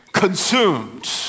consumed